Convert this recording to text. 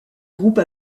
groupe